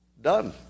Done